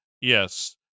Yes